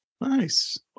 Nice